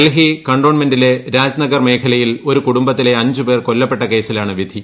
ഡൽഹി കന്റോൺമെന്റിലെ രാജ്നഗർ മേഖലയിൽ ഒരു കുടുംബത്തിലെ അഞ്ച് പേർ കൊല്ലപ്പെട്ട കേസിലാണ് വിധി